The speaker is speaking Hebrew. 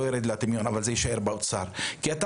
לא ירד לטמיון אבל זה יישאר באוצר כי אתה